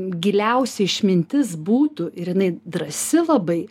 giliausia išmintis būtų ir jinai drąsi labai